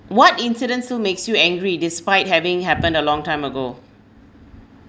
what incidents still makes you angry despite having happened a long time ago